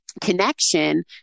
connection